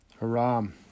Haram